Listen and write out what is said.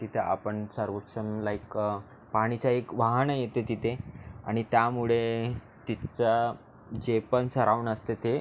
तिथे आपण सर्वोच्चम लाईक पाणीचा एक वाहन येते तिथे आणि त्यामुळे तिथचा जे पण सराऊण असते ते